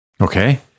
Okay